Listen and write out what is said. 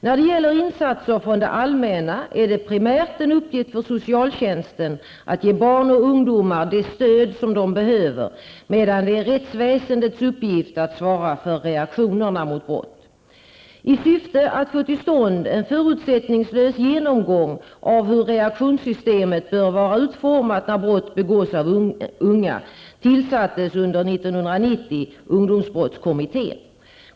När det gäller insatser från det allmänna är det primärt en uppgift för socialtjänsten att ge barn och ungdomar det stöd som de behöver, medan det är rättsväsendets uppgift att svara för reaktionerna mot brott. I syfte att få till stånd en förutsättningslös genomgång av hur reaktionssystemet bör vara utformat när brott begås av unga tillsattes under 1990:53).